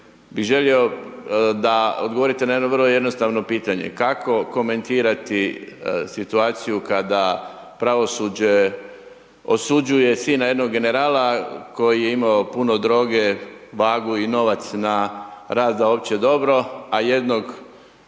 bi želio da odgovorite na jedno vrlo jednostavno pitanje, kako komentirati situaciju kada pravosuđe osuđuje sina jedna generala koji je imao puno droge, vagu i novac na rad sa opće dobro a jednog